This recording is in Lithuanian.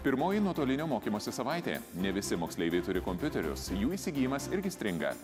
pirmoji nuotolinio mokymosi savaitė ne visi moksleiviai turi kompiuterius jų įsigijimas irgi stringa